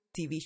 TV